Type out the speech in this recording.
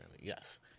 Yes